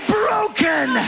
broken